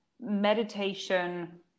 meditation